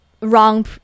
wrong